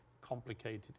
complicated